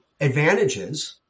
advantages